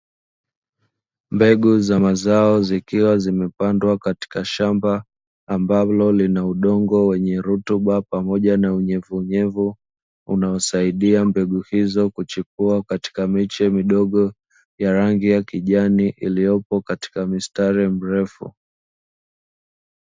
Mbegu za mazao zikiwa zimepandwa katika shamba, ambalo lina udongo wenye rutuba pamoja na unyevunyevu, unaosaidia mbegu hizo kuchipua katika miche midogo ya rangi ya kijani iliyopo katika mistari mrefu.